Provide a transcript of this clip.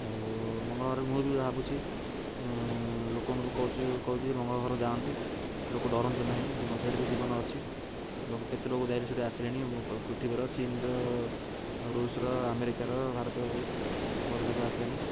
ଆଉ ମଙ୍ଗଳ ଗ୍ରହରେ ମୁଁ ବି ଭାବୁଛି ଲୋକମାନଙ୍କୁ କହୁଛୁ କହୁଛୁ ଯେ ମଙ୍ଗଳ ଗ୍ରହ ଯାଆନ୍ତୁ ଲୋକ ଡରନ୍ତୁ ନାହିଁ ସେଇଠି ବି ଜୀବନ ଅଛି ଲୋକ କେତେ ଲୋକ ଯାଇଲେ ସେଇଠି ଆସିଲାଣି ପୃଥିବୀର ଚୀନର ଋଷ୍ ର ଆମେରିକାର ଭାରତ ବହୁତ ଲୋକ ଆସିଲେଣି